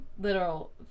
literal